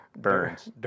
burns